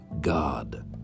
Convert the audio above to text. God